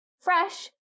fresh